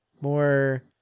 more